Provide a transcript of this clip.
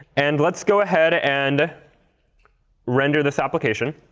and let's go ahead and render this application.